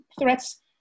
threats